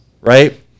right